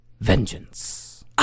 Vengeance